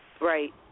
Right